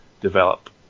develop